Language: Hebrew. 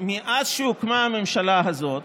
מאז הוקמה הממשלה הזאת